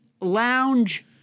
lounge